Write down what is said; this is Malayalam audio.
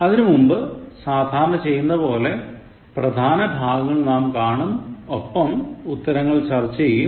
അതിനുമുമ്പ് സാധാരണ ചെയ്യുന്നതുപോലെ പ്രധാന ഭാഗങ്ങൾ നാം കാണും ഒപ്പം ഉത്തരങ്ങൾ ചർച്ച ചെയ്യും